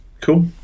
Cool